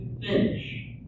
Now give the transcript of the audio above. finish